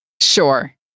Sure